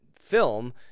film